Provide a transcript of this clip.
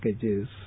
packages